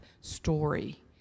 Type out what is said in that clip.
story